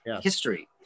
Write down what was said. history